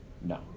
No